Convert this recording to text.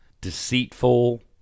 deceitful